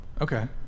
Okay